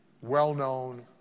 well-known